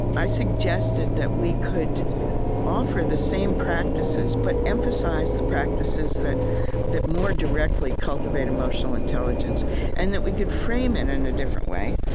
i suggested that we could offer the same practices, but emphasize the practices that that more directly cultivate emotional intelligence and that we could frame it in a different way.